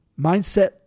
mindset